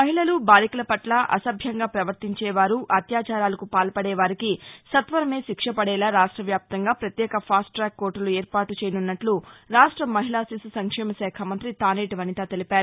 మహిళలు బాలికల పట్ల అసభ్యంగా పవర్తించే వారు అత్యాచాలకు పాల్పడే వారికీ సత్వరమే శిక్ష పడేలా రాష్ట్రవ్యాప్తంగా పత్యేక ఫాస్ట్టాక్ కోర్టలు ఏర్పాటు చేయనున్నట్లు రాష్ట్ర మహిళా శిశు సంక్షమశాఖ మంతి తానేటి వనిత తెలిపారు